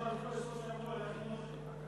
אנשים הלכו לסוף שבוע יחד עם נוחי.